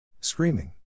Screaming